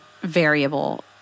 variable